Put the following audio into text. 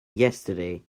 yesterday